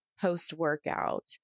post-workout